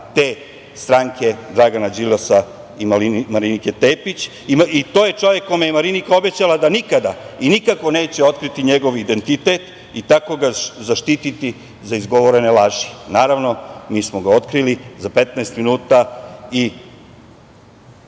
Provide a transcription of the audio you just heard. te stranke Dragana Đilasa i Marinike Tepić. To je čovek kome je Marinika obećala da nikada i nikako neće otkriti njegov identitet i tako ga zaštiti za izgovorene laži. Naravno, mi smo ga otkrili za 15 minuta i